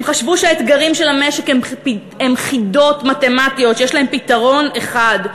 הם חשבו שהאתגרים של המשק הם חידות מתמטיות שיש להן פתרון אחד,